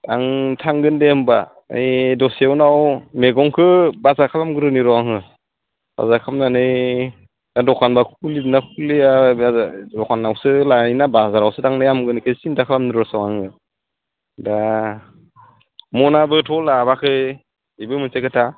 आं थांगोन दे होनबा ओइ दसे उनाव मैगंखौ बाजार खालामग्रोनिर' आङो बाजार खालामनानै दा दखानबा खुलिदोंना खुलिया दखानावसो लायोना बाजारावसो थांनाया हामगोन बेखौ सिन्ता खालामदो रस' आङो दा मनाबोथ' लाबोयाखै बेबो मोनसे खोथा